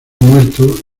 muerto